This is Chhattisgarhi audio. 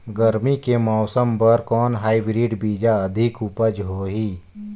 गरमी के मौसम बर कौन हाईब्रिड बीजा अधिक उपज होही?